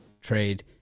trade